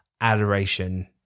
adoration